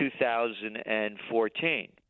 2014